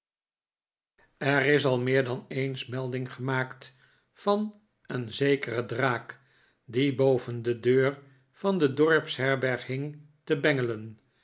er is al meer dan eens melding gemaakt van een zekeren draak die boven de deur van de dorpsherberg hing te bengelen